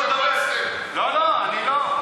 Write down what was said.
לא, אני לא.